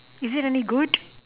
is it any good